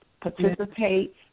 participate